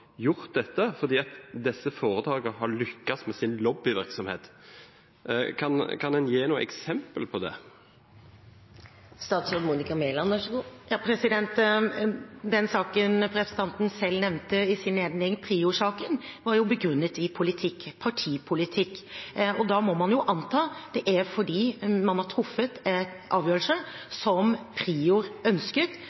med sin lobbyvirksomhet. Kan en gi noe eksempel på det? Den saken representanten selv nevnte i sin innledning, Prior-saken, var begrunnet i politikk – partipolitikk. Da må man anta det er fordi man har truffet avgjørelse